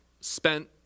spent